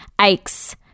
aches